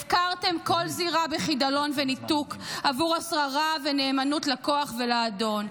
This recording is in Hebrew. הפקרתם כל זירה בחידלון ובניתוק בעבור שררה ונאמנות לכוח ולאדון.